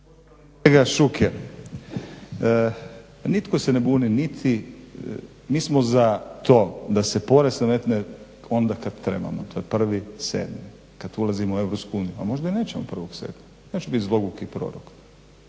kolega Šuker, nitko se ne buni niti, mi smo za to da se porez nametne onda kad trebamo, to je 1.7., kad ulazimo u Europsku uniju, a možda i nećemo 1.7., neću biti zloguki prorok.